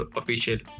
official